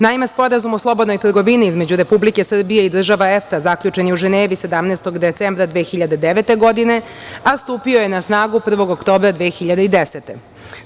Naime, Sporazum o slobodnoj trgovini između Republike Srbije i država EFTA zaključen je u Ženevi 17. decembra 2009. godine, a stupio je na snagu 1. oktobra 2010. godine.